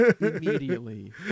immediately